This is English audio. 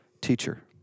Teacher